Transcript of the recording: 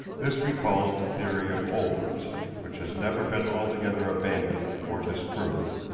this recalls the theory of olbers, which has never been altogether abandoned or disproved,